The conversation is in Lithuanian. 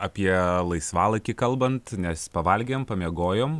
apie laisvalaikį kalbant nes pavalgėm pamiegojom